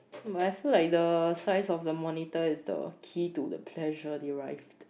but I feel like the size of the monitor is the key to the pleasure derived